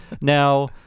Now